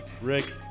Rick